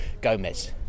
Gomez